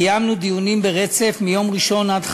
קיימנו דיונים ברצף מיום ראשון עד חמישי.